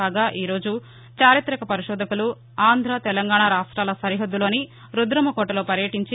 కాగా ఈ రోజు చారిత్రక పరిశోధకులు ఆంధ్ర తెలంగాణ రాష్టాల సరిహద్దులోని రుద్రమ కోటలో పర్యటించి